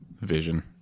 Vision